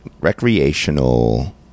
recreational